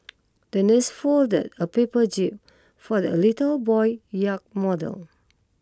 the nurse folded a paper jib for the a little boy yacht model